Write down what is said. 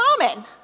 common